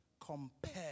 compare